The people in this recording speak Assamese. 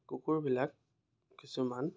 কুকুৰবিলাক কিছুমান